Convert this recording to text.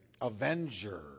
Avenger